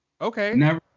okay